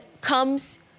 comes